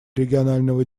регионального